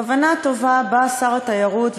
הכוונה הטובה: בא שר התיירות,